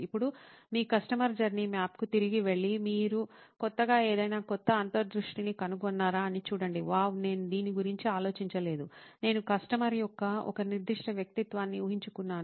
ఇప్పుడు మీ customer journey మ్యాప్కు తిరిగి వెళ్లి మీరు కొత్తగా ఏదైనా కొత్త అంతర్దృష్టిని కనుగొన్నారా అని చూడండి "వావ్ నేను దీని గురించి ఆలోచించలేదు నేను కస్టమర్ యొక్క ఒక నిర్దిష్ట వ్యక్తిత్వాన్ని ఊహించుకున్నాను